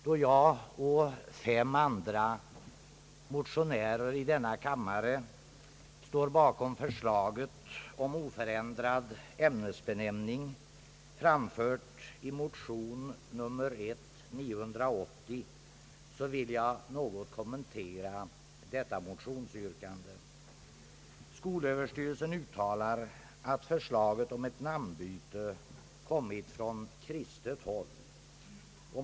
Då jag och fem andra motionärer i denna kammare står bakom förslaget om oförändrad ämnesbenämning, framfört i motion nr I: 980, vill jag något kommentera detta motionsyrkande. Skolöverstyrelsen uttalar att »förslaget om ett namnbyte kommit från kristet håll».